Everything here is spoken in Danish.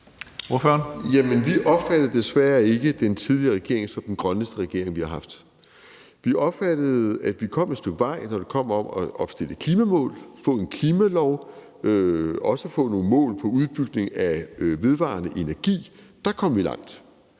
Vi opfattede desværre ikke den tidligere regering som den grønneste regering, vi har haft. Vi opfattede, at vi kom et stykke af vejen, når det kom til at opstille klimamål, få en klimalov og også få nogle mål for udbygningen af vedvarende energi – der kom vi langt